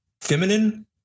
feminine